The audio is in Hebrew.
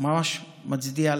ממש מצדיע להם.